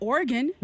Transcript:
Oregon